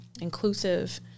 inclusive